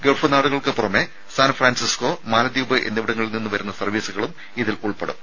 Gulf നാടുകൾക്ക് പുറമെ San Francisco മാലദ്വീപ് എന്നിവിടങ്ങളിൽ നിന്ന് വരുന്ന സർവ്വീസുകളും ഇതിൽ ഉൾപ്പെടും